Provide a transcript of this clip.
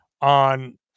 on